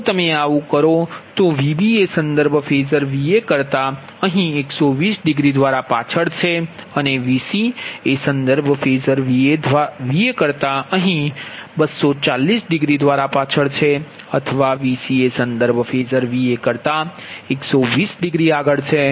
જો અમે આવુ કરીએ તો Vb એ સંદર્ભ ફેઝર Va કરતા અહીં 120દ્વારા પાછળ છે અને Vc એ સંદર્ભ ફેઝર Va કરતા અહીં 240દ્વારા પાછળ છે અથવા Vc એ સંદર્ભ ફેઝર Va કરતા 120આગળ છે